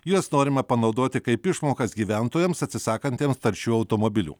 juos norima panaudoti kaip išmokas gyventojams atsisakantiems taršių automobilių